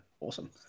Awesome